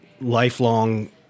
lifelong